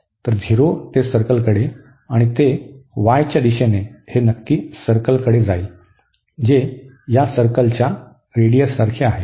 तर 0 ते सर्कलकडे आणि ते y च्या दिशेने हे नक्की सर्कलकडे जाईल जे या सर्कलच्या रेडिअससारखे आहे